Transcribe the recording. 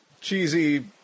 Cheesy